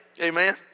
Amen